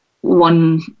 one